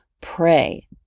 pray